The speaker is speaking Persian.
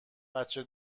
بچه